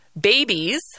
babies